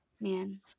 Man